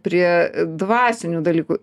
prie dvasinių dalykų